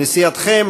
נשיאתכם,